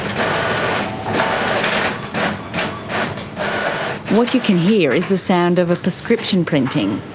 um what you can hear is the sound of a prescription printing.